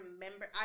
remember